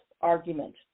argument